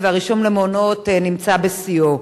והרישום למעונות נמצא בשיאו.